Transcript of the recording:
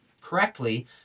correctly